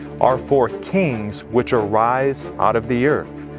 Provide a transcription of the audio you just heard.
are four kings which arise out of the earth.